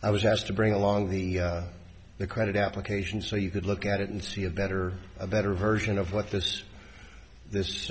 i was asked to bring along the the credit application so you could look at it and see a better a better version of what this this